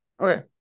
Okay